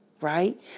right